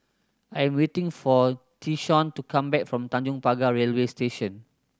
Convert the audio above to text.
I am waiting for Tyshawn to come back from Tanjong Pagar Railway Station